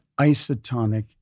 isotonic